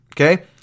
okay